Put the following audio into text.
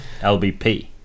LBP